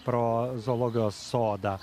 pro zoologijos sodą